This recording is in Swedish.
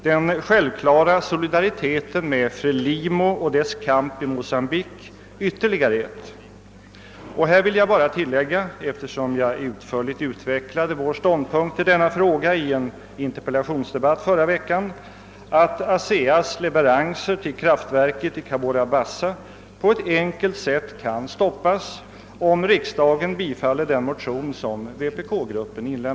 Den självklara solidariteten med Frelimo och dess kamp i Mocambique är ytterligare ett. Eftersom jag utförligt utvecklade vår ståndpunkt i den frågan i en interpellationsdebatt förra veckan vill jag bara nu tillägga att ASEA: s leveranser till kraftverket i Cabora Bassa på ett enkelt sätt kan stoppas, om riksdagen bifaller den motion som vpk-gruppen väckt.